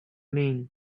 mean